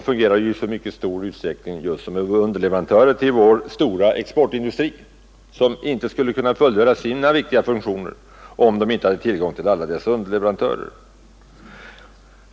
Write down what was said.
De fungerar ju i mycket stor utsträckning som underleverantörer till vår stora exportindustri, som inte skulle kunna fullgöra sina viktiga funktioner om man saknade alla dessa underleverantörer.